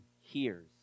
hears